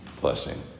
blessing